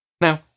Now